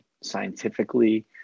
scientifically